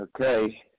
Okay